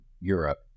Europe